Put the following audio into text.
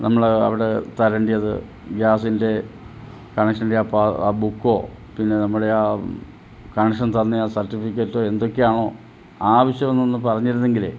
നമ്മൾ അവിടെ തരണ്ടിയത് ഗ്യാസിൻ്റെ കണക്ഷൻ്റെ അപ്പോൾ ആ ബുക്കോ പിന്നെ നമ്മുടെ ആ കണക്ഷൻ തന്ന ആ സർട്ടിഫിക്കറ്റോ എന്തൊക്കെയാണോ ആവശ്യം എന്നൊന്ന് പറഞ്ഞിരുന്നെങ്കിൽ